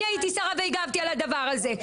אני הייתי שרה והגבתי על הדבר הזה,